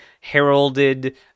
heralded